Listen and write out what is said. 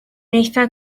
eithaf